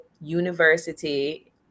university